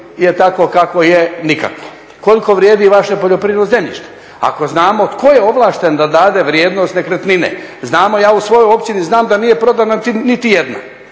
je takvo kakvo je, nikakvo. Koliko vrijedi vaše poljoprivredno zemljište? Ako znamo tko je ovlašten da dade vrijednost nekretnine, znamo, ja u svojoj općini znam da nije prodana nitijedna.